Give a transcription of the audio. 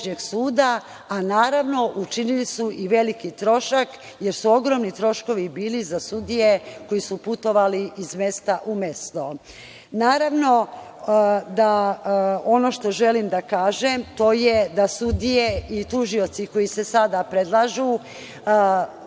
a naravno učinili su i veliki trošak jer su ogromni troškovi bili za sudije koje su putovale iz mesta u mesto. Naravno, ono što želim da kažem to je da sudije i tužioci koji se sada predlažu